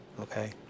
okay